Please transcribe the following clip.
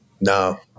No